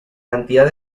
cantidad